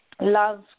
love